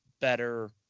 better